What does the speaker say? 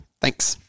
Thanks